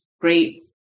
great